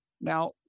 Now